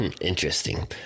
Interesting